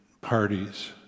parties